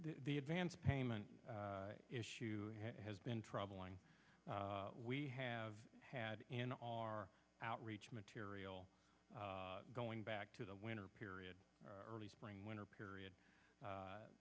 he advance payment issue has been troubling we have had in our outreach material going back to the winter period or early spring winter period